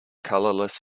colourless